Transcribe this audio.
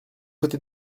côté